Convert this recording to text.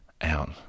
out